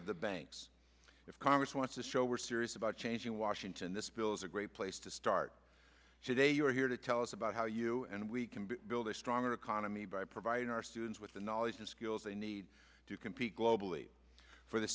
of the banks if congress wants to show we're serious about changing washington this bill is a great place to start today you are here to tell us about how you and we can build a stronger economy by providing our students with the knowledge and skills they need to compete globally for the